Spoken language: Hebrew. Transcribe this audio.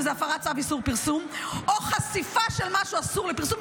שזה הפרת צו איסור פרסום או חשיפה של משהו אסור לפרסום.